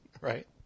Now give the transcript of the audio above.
right